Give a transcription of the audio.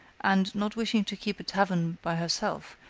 and, not wishing to keep a tavern by herself,